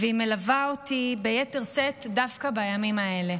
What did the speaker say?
והיא מלווה אותי ביתר שאת דווקא בימים האלה.